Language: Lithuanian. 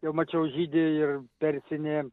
jau mačiau žydi ir persinė